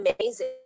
amazing